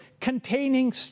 containing